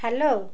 hello